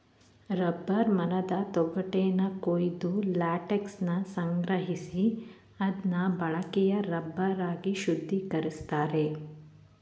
rubber ಮರದ ತೊಗಟೆನ ಕೊರ್ದು ಲ್ಯಾಟೆಕ್ಸನ ಸಂಗ್ರಹಿಸಿ ಅದ್ನ ಬಳಕೆಯ ರಬ್ಬರ್ ಆಗಿ ಶುದ್ಧೀಕರಿಸ್ತಾರೆ